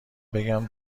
بگم